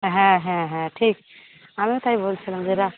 হ্যাঁ হ্যাঁ হ্যাঁ ঠিক আমিও তাই বলছিলাম যে এরা